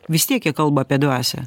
vis tiek jie kalba apie dvasią